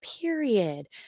period